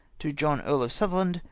to john earl of sutherland.